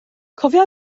cofia